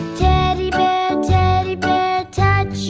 teddy bear, touch